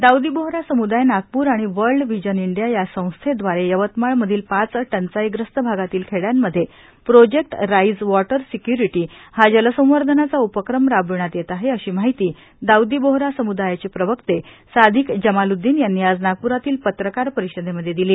दाऊदी बोहरा समूदाय नागप्र आणि world vision India या संस्थेद्वारे यवतमाळ मधील पाच टंचाईग्रस्त भागातील खेड्यांमध्ये प्रोजेक्ट राईज् वॉटर सेक्यूरिटी हा जलसंवर्धनाचे उपक्रम राबवण्यात येत आहे अशी माहिती दाऊदी बोहरा समुदायाचे प्रवक्ते सादिक जमालुददिन यांनी आज नागपूरातील पत्रकार परिषदेमध्ये दिली